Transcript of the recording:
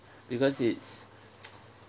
because it's